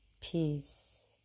peace